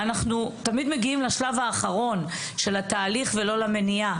אנחנו תמיד מגיעים לשלב האחרון של התהליך ולא למניעה,